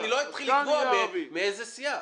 אני לא אתחיל לקבוע מאיזה סיעה.